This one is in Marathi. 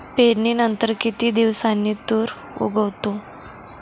पेरणीनंतर किती दिवसांनी तूर उगवतो?